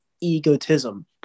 egotism